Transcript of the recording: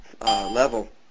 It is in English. level